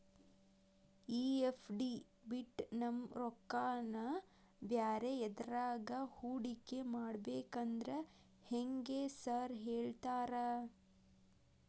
ಈ ಎಫ್.ಡಿ ಬಿಟ್ ನಮ್ ರೊಕ್ಕನಾ ಬ್ಯಾರೆ ಎದ್ರಾಗಾನ ಹೂಡಿಕೆ ಮಾಡಬೇಕಂದ್ರೆ ಹೆಂಗ್ರಿ ಸಾರ್ ಹೇಳ್ತೇರಾ?